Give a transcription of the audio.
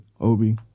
Obi